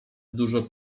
dużo